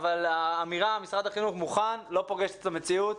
האמירה שמשרד החינוך מוכן לא פוגשת את המציאות.